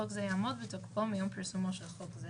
חוק זה יעמוד בתוקפו מיום פרסומו של חוק זה